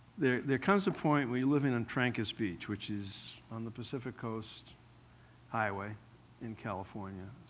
there there comes a point where you're living on trancas beach, which is on the pacific coast highway in california.